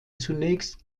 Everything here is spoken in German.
zunächst